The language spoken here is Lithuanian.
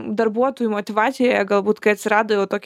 darbuotojų motyvacijoje galbūt kai atsirado jau tokia